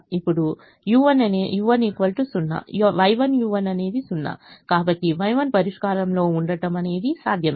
ఇప్పుడు u1 0 Y1u1 అనేది 0 కాబట్టి Y1 పరిష్కారంలో ఉండటం అనేది సాధ్యమే